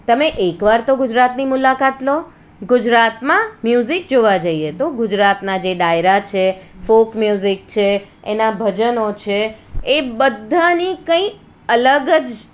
તમે એકવાર તો ગુજરાતની મુલાકાત લો ગુજરાતમાં મ્યુઝિક જોવા જઈએ તો ગુજરાતના જે ડાયરા છે ફોક મ્યુઝિક છે એનાં ભજનો છે એ બધાની કંઇક અલગ જ